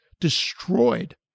destroyed